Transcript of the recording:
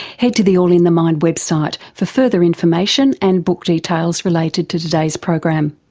head to the all in the mind website for further information and book details related to today's program.